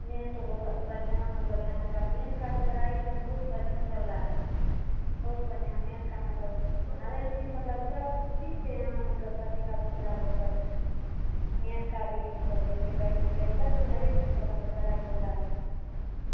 month तो बहुत अब बढ़िया मतलब यहाँ का मेंथ का जो पढ़ाई है तो बहुत बढ़िया चल रहा बहुत बढ़िया मेंथ का मतलब हरेक चीज़ मतलब सब चीज़ से यहाँ मतलब पढ़ने का सुविधा बहुत अच्छा है मेंथ का भी मतलब जैसे दाईलोग या सबको हरेक चीज़ का मतलब पढ़ाई होता है